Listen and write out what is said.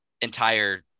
entire